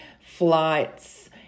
flights